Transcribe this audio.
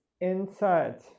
inside